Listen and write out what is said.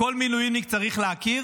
זה כל מילואימניק צריך להכיר,